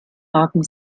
haben